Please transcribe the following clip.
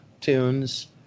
tunes